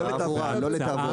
לא לתעבורה.